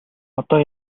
одоо